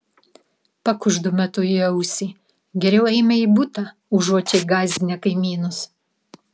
pakuždu metui į ausį geriau eime į butą užuot čia gąsdinę kaimynus